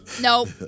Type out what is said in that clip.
nope